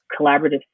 collaborative